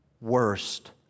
worst